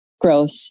growth